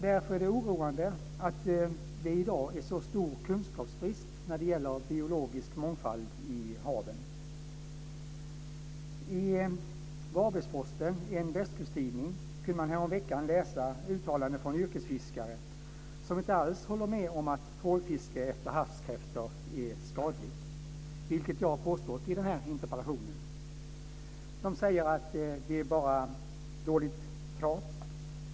Därför är det oroande att det i dag är så stor kunskapsbrist när det gäller biologisk mångfald i haven. I Varbergsposten, en västkusttidning, kunde man häromveckan läsa uttalanden från yrkesfiskare som inte alls håller med om att trålfiske efter havskräftor är skadligt, vilket jag har påstått i den här interpellationen. De säger att det bara är dåligt prat.